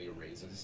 raises